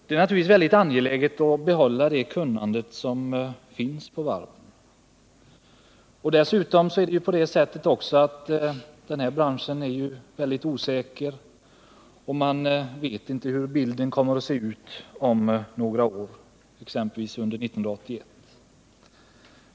Det är naturligtvis väldigt angeläget att behålla det kunnande som finns på varven. Dessutom är den här branschen osäker, och man vet inte hur bilden kommer att se ut om några år, exempelvis 1981.